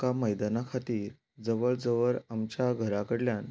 आमकां मैदाना खातीर जवळ जवळ आमच्या घराकडल्यान